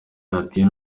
radiyo